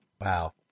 Wow